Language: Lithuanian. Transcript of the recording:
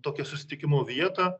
tokią susitikimo vietą